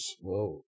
Whoa